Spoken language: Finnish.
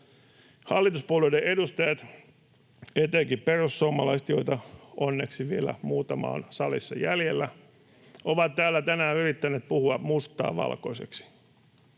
Hallituspuolueiden edustajat, etenkin perussuomalaiset, joita onneksi vielä muutama on salissa jäljellä, [Miko Bergbom: Eniten!] ovat täällä tänään yrittäneet puhua mustaa valkoiseksi.